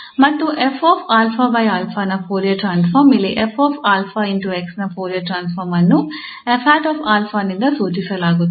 ಮತ್ತು ನ Fourier transform ಇಲ್ಲಿ 𝑓 𝑎𝑥 ನ ಫೋರಿಯರ್ ಟ್ರಾನ್ಸ್ಫಾರ್ಮ್ ಅನ್ನು 𝑓̂𝛼 ನಿಂದ ಸೂಚಿಸಲಾಗುತ್ತದೆ